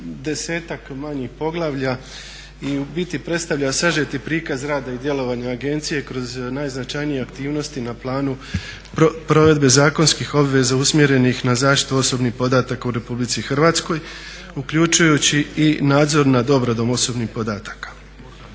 desetak manjih poglavlja i u biti predstavlja sažeti prikaz rada i djelovanja agencije kroz najznačajnije aktivnosti na planu provedbe zakonskih obveza usmjerenih na zaštitu osobnih podataka u RH uključujući i nadzor nad obradom osobnih podataka.